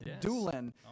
Doolin